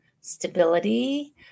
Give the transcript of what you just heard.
stability